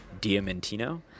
Diamantino